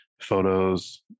photos